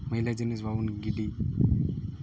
ᱢᱟᱹᱭᱞᱟᱹ ᱡᱤᱱᱤᱥ ᱵᱟᱵᱚᱱ ᱜᱤᱰᱤ